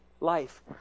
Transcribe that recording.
life